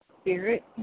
spirit